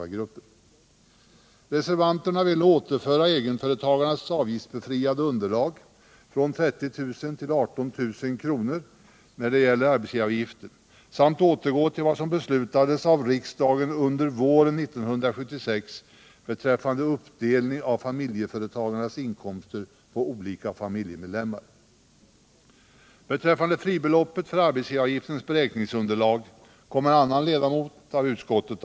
Reservanterna vill nu återföra egenföretagarnas avgiftsbefriade underlag från 30 000 till 18 000 kr. när det gäller arbetsgivaravgiften samt återgå till vad som beslutades av riksdagen under våren 1976 beträffande uppdelningen av familjeföretagarnas inkomster på olika familjemedlemmar. Frågan om fribeloppet för arbetsgivaravgiftens beräkningsunderlag kommer att behandlas av en annan ledamot av utskottet.